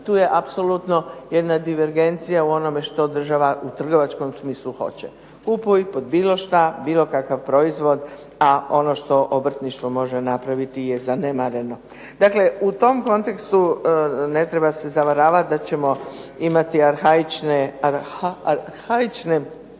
tu je apsolutno jedna divergencija u onome što država u trgovačkom smislu hoće. Kupuj pod bilo šta bilo kakav proizvod, a ono što obrtništvo može napraviti je zanemareno. Dakle, u tom kontekstu ne treba se zavaravat da ćemo imati arhaične pozive.